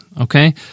okay